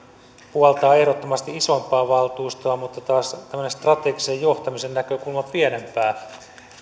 puoltaa ehdottomasti isompaa valtuustoa mutta taas tämmöisen strategisen johtamisen näkökulma pienempää